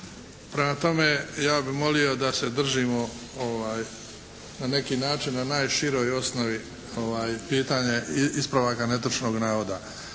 Prema tome, ja bi molio da se držimo na neki način na najširoj osnovi pitanja, ispravaka netočnog navoda.